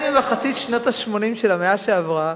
מאז אמצע שנות ה-80 של המאה שעברה